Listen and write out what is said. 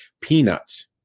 peanuts